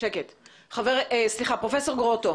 פרופסור גרוטו,